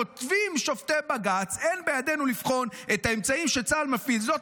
כותבים שופטי בג"ץ: "אין בידינו לבחון את האמצעים שצה"ל מפעיל --- זאת